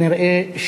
כן.